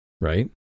Right